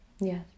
yes